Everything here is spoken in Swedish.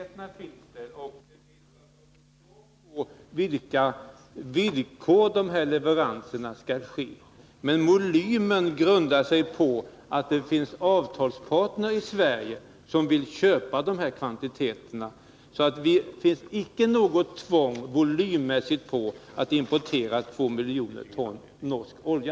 Fru talman! Avtalet innebär möjligheter till leverans. Tvånget gäller på vilka villkor dessa leveranser skall ske. Men volymen grundar sig på att det finns avtalsparter i Sverige som vill köpa dessa kvantiteter. Det finns alltså icke något tvång att Sverige volymmässigt måste importera 2 miljoner ton norsk olja.